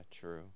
true